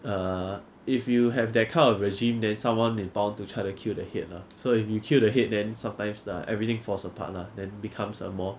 err if you have that kind of regime then someone is bound to try to kill the head lah so if you kill the head then sometimes lah everything falls apart lah then becomes a more